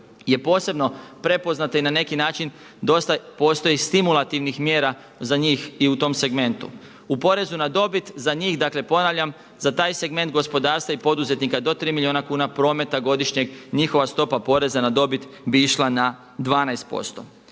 je posebno prepoznata i na neki način dosta postoji stimulativnih mjera za njih i u tom segmentu. U porezu na dobit za njih, dakle ponavljam za taj segment gospodarstva i poduzetnika do 3 milijuna kuna prometa godišnjeg njihova stopa poreza na dobit bi išla na 12%.